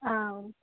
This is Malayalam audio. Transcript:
ആ ഓ